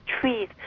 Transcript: trees